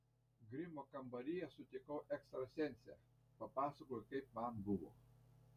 grimo kambaryje sutikau ekstrasensę papasakojau kaip man buvo